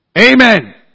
Amen